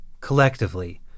collectively